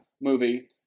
movie